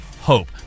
hope